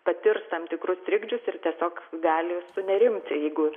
patirs tam tikrus trikdžius ir tiesiog gali sunerimti jeigu